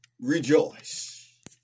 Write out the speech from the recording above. rejoice